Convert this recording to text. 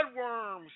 bloodworms